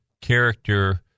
character